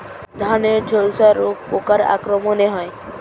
ধানের ঝলসা রোগ পোকার আক্রমণে হয়?